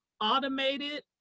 automated